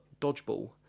dodgeball